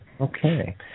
Okay